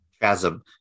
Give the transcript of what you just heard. Chasm